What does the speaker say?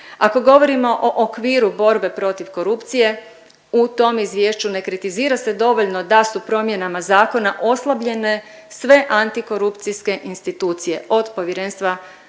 Ako govorimo o okviru borbe protiv korupcije, u tom izvješću ne kritizira dovoljno da su promjenama zakona oslabljene sve antikorupcijske institucije od Povjerenstva